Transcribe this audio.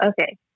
Okay